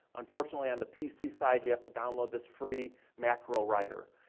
unfortunately, on the pc side, you have to download this free macro writer,